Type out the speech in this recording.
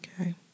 Okay